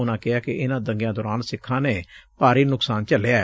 ਉਨੂਂ ਕਿਹੈ ਕਿ ਇਨੂਂ ਦੰਗਿਆਂ ਦੌਰਾਨ ਸਿੱਖਾਂ ਨੇ ਭਾਰੀ ਨੁਕਸਾਨ ਝ ਲਿਐ